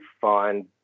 find